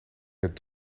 het